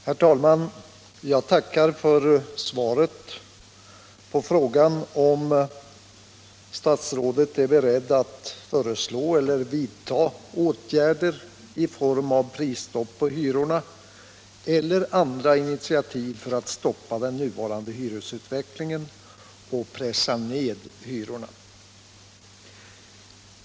Herr talman! Jag tackar för svaret på frågan om statsrådet är beredd att föreslå eller vidta åtgärder i form av prisstopp på hyrorna eller ta andra initiativ för att stoppa den nuvarande hyresutvecklingen och pressa ned hyrorna.